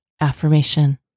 affirmation